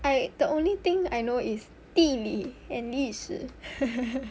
I the only thing I know is 地理 and 历史